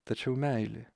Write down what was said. tačiau meilė